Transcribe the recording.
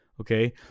Okay